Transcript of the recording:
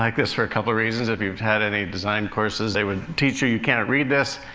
like this for a couple of reasons. if you've had any design courses, they would teach you you can't read this.